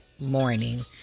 morning